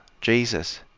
Jesus